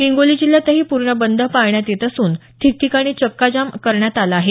हिंगोली जिल्ह्यातही पूर्ण बंद पाळण्यात येत असून ठिकठिकाणी चक्का जाम करण्यात आला आहे